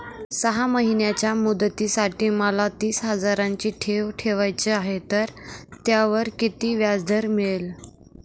सहा महिन्यांच्या मुदतीसाठी मला तीस हजाराची ठेव ठेवायची आहे, तर त्यावर किती व्याजदर मिळेल?